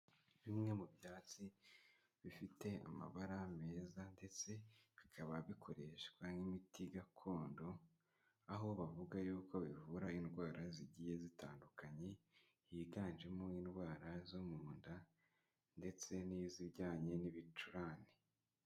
Bimwe mu byatsi bifite amabara meza ndetse bikaba bikoreshwa nk'imiti gakondo, aho bavuga y'uko bivura indwara zigiye zitandukanye, higanjemo indwara zo mu nda ndetse n'izijyanye n'ibicurane.